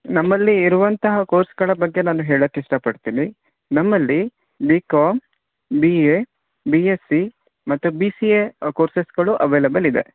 ನಮ್ಮಲ್ಲಿ ಇರುವಂತಹ ಕೋರ್ಸ್ಗಳ ಬಗ್ಗೆ ನಾನು ಹೇಳಕ್ಕೆ ಇಷ್ಟಪಡ್ತೀನಿ ನಮ್ಮಲ್ಲಿ B com B A B S C ಮತ್ತು ಬಿ ಸಿ ಎ ಕೋರ್ಸಸ್ಗಳು ಅವೈಲೇಬಲ್ ಇದೆ